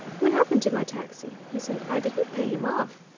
what happened to my taxi? he said. i didn't pay him off.